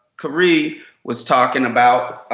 khury was talking about,